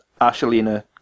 Ashelina